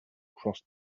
cross